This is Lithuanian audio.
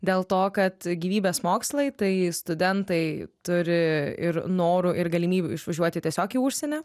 dėl to kad gyvybės mokslai tai studentai turi ir norų ir galimybių išvažiuoti tiesiog į užsienį